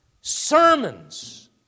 sermons